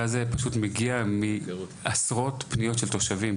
הזה פשוט מגיע מעשרות פניות של תושבים.